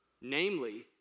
Namely